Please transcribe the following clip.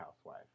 housewife